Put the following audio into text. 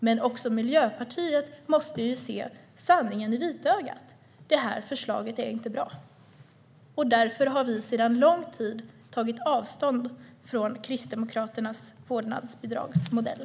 Men också Miljöpartiet måste se sanningen i vitögat: Det här förslaget är inte bra. Därför har vi sedan lång tid tagit avstånd från Kristdemokraternas vårdnadsbidragsmodell.